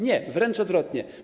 Nie, wręcz odwrotnie.